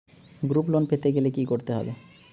Group loan পেতে গেলে কি করতে হবে?